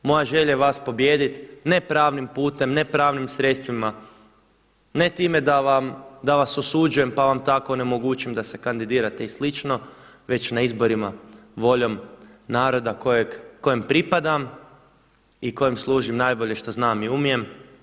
Moja je želja je vas pobijediti ne pravnim putem, ne pravnim sredstvima, ne time da vas osuđujem pa vam tako onemogućujem da se kandidirate i slično, već na izborima voljom naroda kojem pripadam i kojem služim najbolje što znam i umijem.